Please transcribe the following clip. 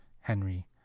Henry